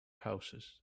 houses